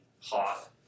hot